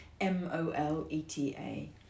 M-O-L-E-T-A